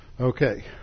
Okay